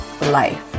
life